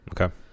Okay